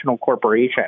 corporation